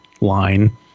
line